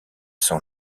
sont